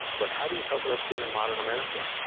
but how do you talk about sin in modern america?